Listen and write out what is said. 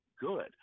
good